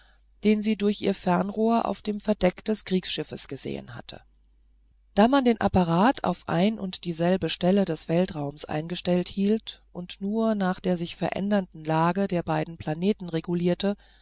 den sie durch ihr fernrohr auf dem verdeck des kriegsschiffs gesehen hatte da man den apparat auf ein und dieselbe stelle des weltraums eingestellt hielt und nur nach der sich verändernden lage der beiden planeten regulierte